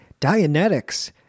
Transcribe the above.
Dianetics